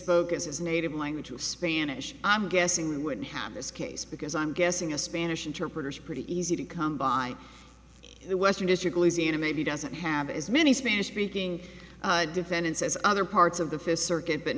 as his native language was spanish i'm guessing we wouldn't have this case because i'm guessing a spanish interpreters pretty easy to come by in the western district louisiana maybe doesn't have as many spanish speaking defendants as other parts of the fifth circuit but